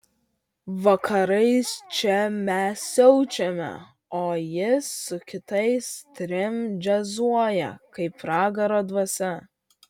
vakarais čia mes siaučiame o jis su kitais trim džiazuoja kaip pragaro dvasia